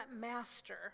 master